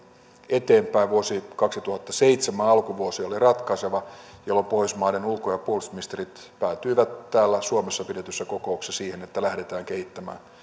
eteenpäin vuosi kaksituhattaseitsemän alkuvuosi oli ratkaiseva jolloin pohjoismaiden ulko ja puolustusministerit päätyivät täällä suomessa pidetyssä kokouksessa siihen että lähdetään kehittämään